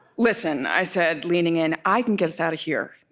listen i said, leaning in. i can get us out of here.